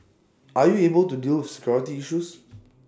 are you able to deal with security issues